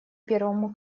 первому